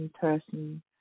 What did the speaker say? person